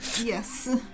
Yes